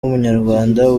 w’umunyarwanda